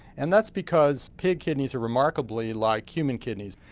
and that's because pig kidneys are remarkably like human kidneys.